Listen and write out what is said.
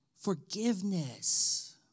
forgiveness